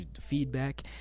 feedback